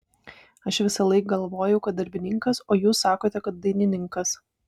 aš visąlaik galvojau kad darbininkas o jūs sakote kad dainininkas